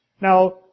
Now